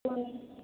कोन